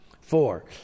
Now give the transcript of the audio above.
four